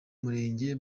murenge